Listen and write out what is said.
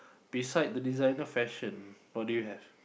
beside the designer fashion what do you have